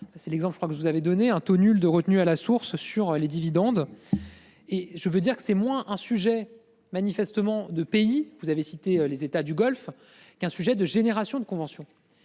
C'est l'exemple je crois que vous avez donné un taux nul de retenue à la. Source sur les dividendes. Et je veux dire que c'est moins un sujet manifestement de pays, vous avez cité les États du Golfe qu'un sujet de génération de convention